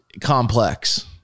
Complex